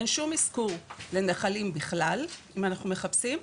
אין שום אזכור לנחלים בכלל אם אנחנו מחפשים.